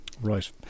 Right